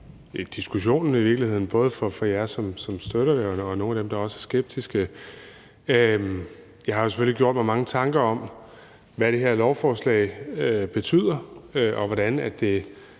og hvordan de